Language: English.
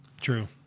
True